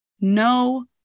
no